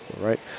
right